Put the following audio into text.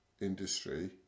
industry